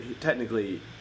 Technically